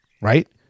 Right